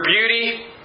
beauty